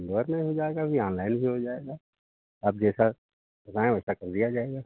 घर में हो जाएगा अभी ऑनलाइन भी ही जाएगा आप जैसा बताएं वैसा कर दिया जाएगा